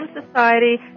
Society